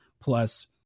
plus